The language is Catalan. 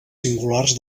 singulars